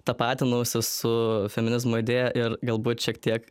tapatinausi su feminizmo idėja ir galbūt šiek tiek